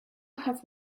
have